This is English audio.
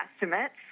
estimates